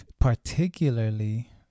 Particularly